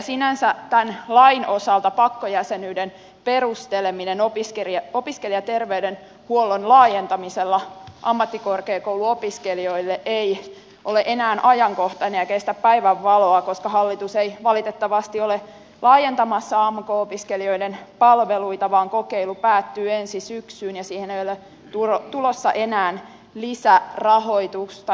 sinänsä tämän lain osalta pakkojäsenyyden perusteleminen opiskelijaterveydenhuollon laajentamisella ammattikorkeakouluopiskelijoille ei ole enää ajankohtainen eikä kestä päivänvaloa koska hallitus ei valitettavasti ole laajentamassa amk opiskelijoiden palveluita vaan kokeilu päättyy ensi syksyyn ja siihen ei ole tulossa enää lisärahoitusta